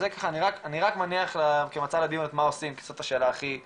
אז אני רק מניח כמצע לדיון את 'מה עושים?' כי זאת השאלה הכי קשה.